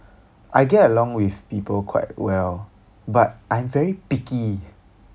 I get along with people quite well but I very picky